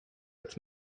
with